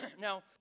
Now